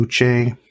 Luce